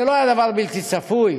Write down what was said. זה לא היה דבר בלתי צפוי,